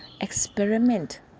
experiment